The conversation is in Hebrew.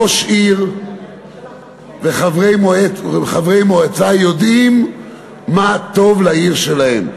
ראש עיר וחברי מועצה יודעים מה טוב לעיר שלהם.